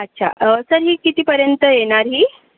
अच्छा सर ही कितीपर्यंत येणार ही